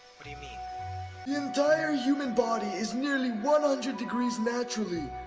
what do you mean? the entire human body is nearly one hundred degrees naturally.